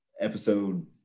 episode